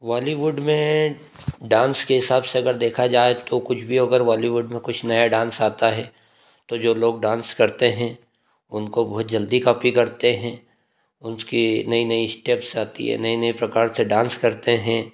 बॉलीवुड में डांस के हिसाब से अगर देखा जाए तो कुछ भी अगर बॉलीवूड में कुछ नया डांस आता है तो जो लोग डांस करते हैं उनको बहुत जल्दी कॉपी करते हैं उसकी नई नई एस्टेप्स आती है नए नए प्रकार से डांस करते हैं